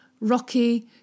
rocky